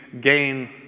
gain